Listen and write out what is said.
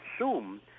assume